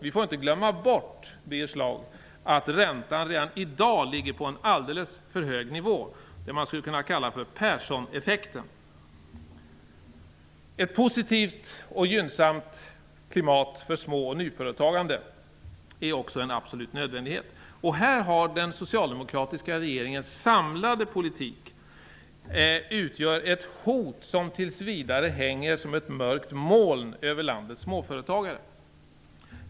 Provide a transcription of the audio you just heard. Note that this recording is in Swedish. Vi får inte glömma bort, Birger Schlaug, att räntan redan i dag ligger på en alldeles för hög nivå, det man skulle kunna kalla för Perssoneffekten. Ett positivt och gynnsamt klimat för små och nyföretagande är också en absolut nödvändighet. Här utgör den socialdemokratiska regeringens samlade politik ett hot som tills vidare hänger som ett mörkt moln över landets småföretagare.